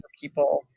people